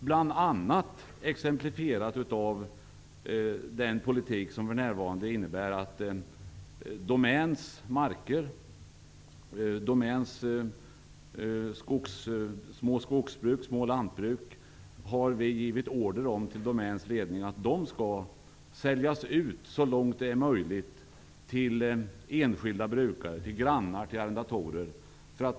Denna politik exemplifieras bl.a. i det faktum att Domäns ledning har givits order om att sälja ut Domäns marker -- de små skogs och lantbruken -- till enskilda brukare, grannar och arrendatorer så långt det är möjligt.